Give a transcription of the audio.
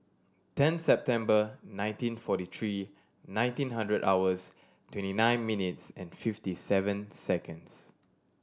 ten September nineteen forty three nineteen hundred hours twenty nine minutes and fifty seven seconds